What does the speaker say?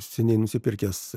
seniai nusipirkęs